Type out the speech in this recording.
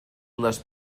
les